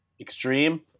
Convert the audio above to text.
extreme